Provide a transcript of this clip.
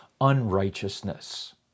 unrighteousness